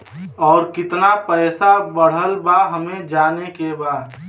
और कितना पैसा बढ़ल बा हमे जाने के बा?